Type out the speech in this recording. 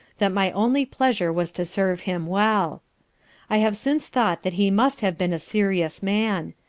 that my only pleasure was to serve him well i have since thought that he must have been a serious man.